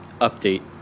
Update